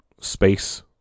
space